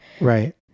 Right